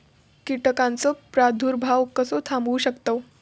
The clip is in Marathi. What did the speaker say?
कीटकांचो प्रादुर्भाव कसो थांबवू शकतव?